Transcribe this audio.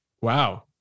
Wow